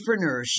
entrepreneurship